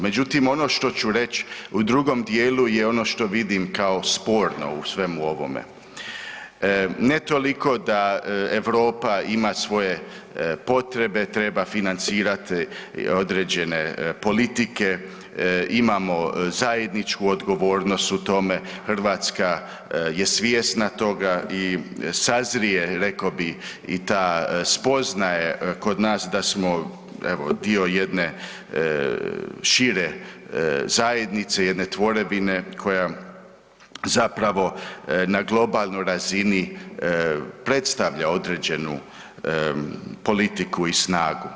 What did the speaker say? Međutim, ono što ću reć u drugom dijelu i ono što vidim kao sporno u svemu ovome, ne toliko da Europa ima svoje potrebe, treba financirati određene politike, imamo zajedničku odgovornost u tome, Hrvatska je svjesna toga i sazrije i ta spoznaja kod nas da smo evo dio jedne šire zajednice, jedne tvorevine koja zapravo na globalnoj razini predstavlja određenu politiku i snagu.